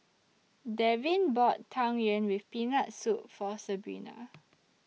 Davin bought Tang Yuen with Peanut Soup For Sabrina